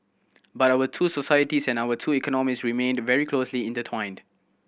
but our two societies and our two economies remained very closely intertwined